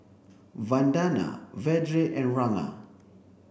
Vandana Vedre and Ranga